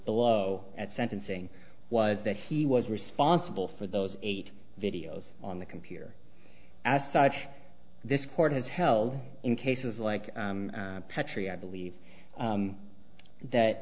below at sentencing was that he was responsible for those eight videos on the computer as such this court is held in cases like petrie i believe that